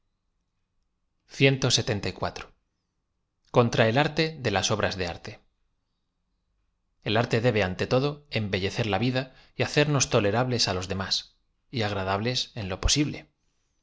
embriaguez x l c o ittra el arte de las obras de arte el arte debe ante todo embellecer la v id a y hacer nos tolerables á los demás y agradables en lo posible